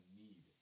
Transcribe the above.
need